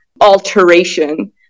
alteration